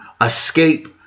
escape